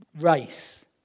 race